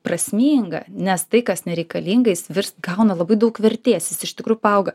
prasminga nes tai kas nereikalingai jis virs gauna labai daug vertės jis iš tikrųjų paauga